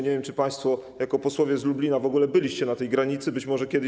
Nie wiem, czy państwo jako posłowie z Lublina w ogóle byliście na tej granicy, być może kiedyś